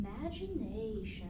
Imagination